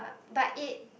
but it